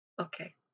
okay